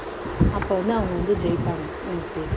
அப்போ வந்து அவங்க வந்து ஜெயிப்பாங்க எனக்கு தெரியும்